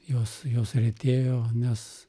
jos jos retėjo nes